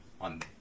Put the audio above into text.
on